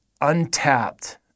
untapped